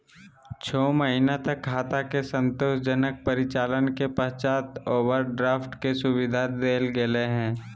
छो महीना तक खाता के संतोषजनक परिचालन के पश्चात ओवरड्राफ्ट के सुविधा देल गेलय हइ